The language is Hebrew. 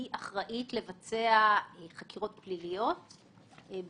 היא אחראית לבצע חקירות פליליות במקומות